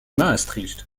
maastricht